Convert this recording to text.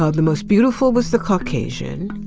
ah the most beautiful was the caucasian,